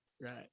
Right